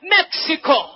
Mexico